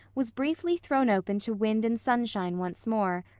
was briefly thrown open to wind and sunshine once more,